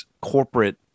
corporate